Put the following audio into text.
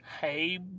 Hey